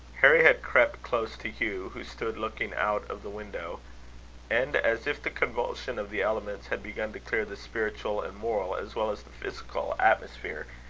harry had crept close to hugh, who stood looking out of the window and as if the convulsion of the elements had begun to clear the spiritual and moral, as well as the physical atmosphere,